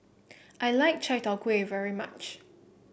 I like Chai Tow Kway very much